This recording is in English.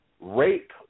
rape